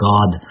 God